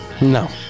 No